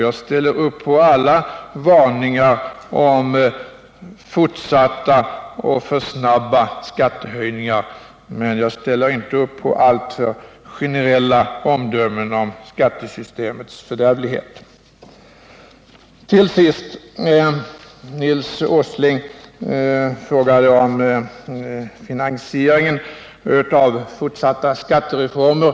Jag ställer upp på alla varningar om fortsatta och för snabba skattehöjningar, men jag ställer inte upp på alltför generella omdömen om skattesystemets fördärvlighet. Nils G. Åsling frågade om finansieringen av fortsatta skattereformer.